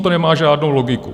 To nemá žádnou logiku!